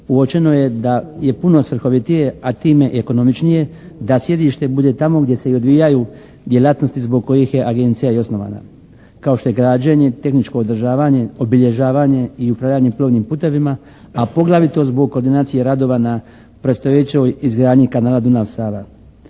uočeno je da je puno svrhovitije, a time i ekonomičnije da sjedište bude tamo gdje se i odvijaju djelatnosti zbog kojih je agencija i osnovana kao što je građenje, tehničko održavanje, obilježavanje i upravljanje plovnim putevima, a poglavito zbog koordinacije radova na predstojećoj izgradnji kanala Dunav-Sava.